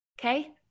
Okay